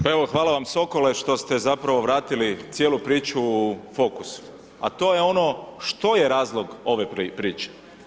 Pa evo hvala vam Sokole što ste zapravo vratili cijelu priču u fokus, a to je ono što je razlog ove priče.